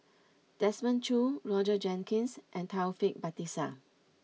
Desmond Choo Roger Jenkins and Taufik Batisah